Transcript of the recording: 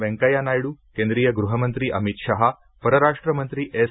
व्यंकय्या नायडू केंद्रीय गृहमंत्री अमित शहा परराष्ट्र मंत्री एस